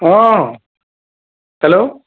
অঁ হেল্ল'